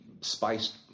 spiced